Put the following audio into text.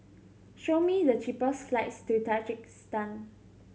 show me the cheapest flights to Tajikistan